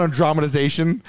dramatization